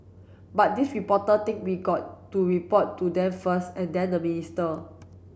but these reporter think we got to report to them first and then the minister